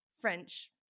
French